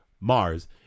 Mars